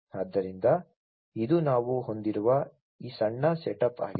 ಆದ್ದರಿಂದ ಇದು ನಾವು ಹೊಂದಿರುವ ಈ ಸಣ್ಣ ಸೆಟಪ್ ಆಗಿದೆ